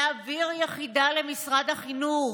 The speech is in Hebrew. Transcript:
להעביר יחידה למשרד החינוך,